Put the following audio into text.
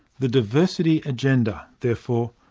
the diversity agenda, therefore,